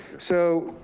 so